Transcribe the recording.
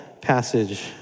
passage